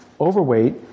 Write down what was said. overweight